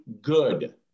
good